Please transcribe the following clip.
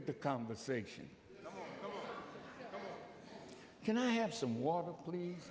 at the conversation can i have some water please